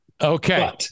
okay